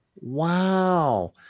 Wow